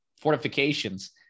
fortifications